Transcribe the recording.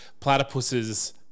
Platypuses